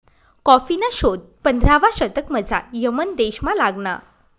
कॉफीना शोध पंधरावा शतकमझाऱ यमन देशमा लागना